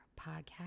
podcast